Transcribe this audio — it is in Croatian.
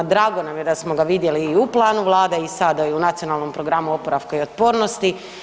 Drago nam je da smo ga vidjeli i u planu Vlade i sada i u Nacionalnom programu oporavka i otpornosti.